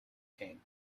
came